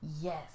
yes